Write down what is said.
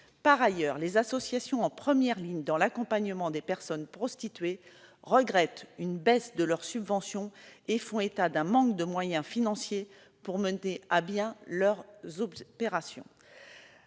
Par ailleurs, les associations, en première ligne dans l'accompagnement des personnes prostituées, regrettent une baisse de leurs subventions et font état d'un manque de moyens financiers pour mener à bien leurs opérations.